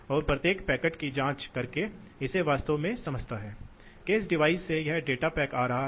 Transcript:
तो आपको प्रवाह को कम करने की आवश्यकता है हवा का प्रवाह भट्ठी में सही है